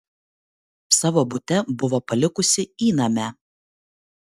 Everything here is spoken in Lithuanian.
savo bute buvo palikusi įnamę